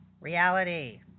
reality